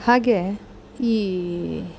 ಹಾಗೆ ಈ